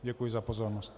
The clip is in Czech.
Děkuji za pozornost.